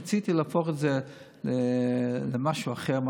רציתי להפוך את זה למשהו אחר.